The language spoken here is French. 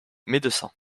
médecin